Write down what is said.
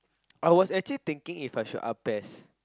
I was actually thinking If I should